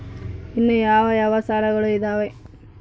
ಇನ್ನು ಯಾವ ಯಾವ ಸಾಲಗಳು ಇದಾವೆ?